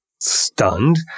stunned